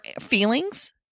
feelings